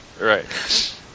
Right